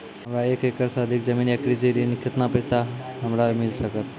हमरा एक एकरऽ सऽ अधिक जमीन या कृषि ऋण केतना पैसा हमरा मिल सकत?